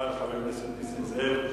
תודה לחבר הכנסת נסים זאב.